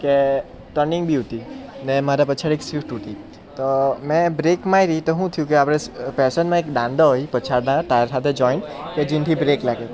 કે ટર્નીગ બી હતી ને મારા પાછળ એક સ્વિફ્ટ હતી તો મેં બ્રેક મારી તો શું થયું કે આપણે પેસનમાં એક દાંડો હોય પછાડીના ટાયર સાથે જોઇન્ટ કે જેનાથી બ્રેક લાગે